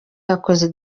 yakoze